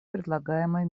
предлагаемой